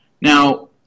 Now